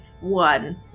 one